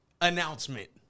announcement